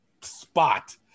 spot